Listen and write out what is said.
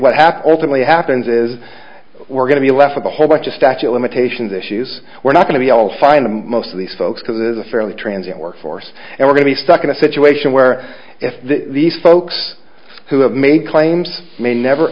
what happened openly happens is we're going to be left with a whole bunch of statute limitations issues we're not going to be able to find the most of these folks to this is a fairly transient workforce and we're going to be stuck in a situation where if these folks who have made claims may never